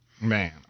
Man